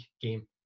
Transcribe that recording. game